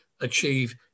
achieve